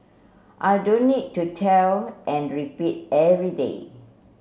I don't need to tell and repeat every day